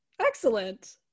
excellent